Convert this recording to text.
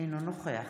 אינו נוכח